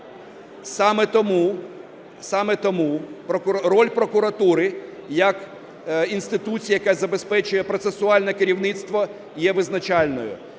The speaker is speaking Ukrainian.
саме тому роль прокуратури як інституції, яка забезпечує процесуальне керівництво, є визначальною.